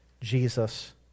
Jesus